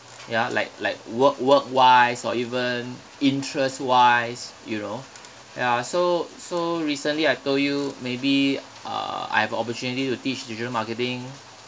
ya like like work work wise or even interest wise you know ya so so recently I told you maybe uh I have opportunity to teach digital marketing